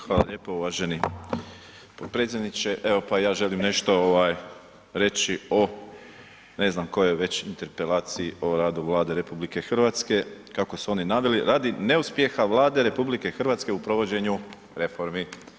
Hvala lijepo uvaženi potpredsjedniče, evo pa ja želim nešto ovaj reći o ne znam kojoj interpelaciji o radu Vlade RH kako su oni naveli radi neuspjeha Vlade RH u provođenju reformi.